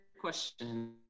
question